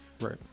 Right